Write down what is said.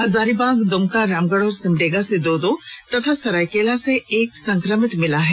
हजारीबाग दुमका रामगढ़ और सिमडेगा से दो दो तथा सरायकेला से एक संक्रमित मिला है